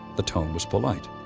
the tone was polite.